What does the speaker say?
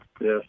Yes